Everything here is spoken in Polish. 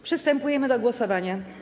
Przystępujemy do głosowania.